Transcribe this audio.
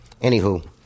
anywho